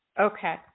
Okay